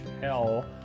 hell